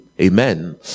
amen